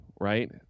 right